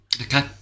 okay